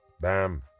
Bam